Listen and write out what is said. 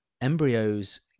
embryos